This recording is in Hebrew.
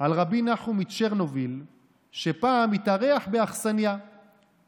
רק לאחרונה התריע דוח העוני שהתפרסם על מצבם הקשה של